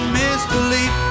misbelief